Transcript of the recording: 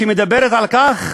שמדברת על כך